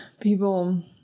people